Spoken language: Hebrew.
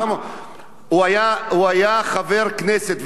הוא היה חבר כנסת.